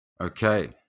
okay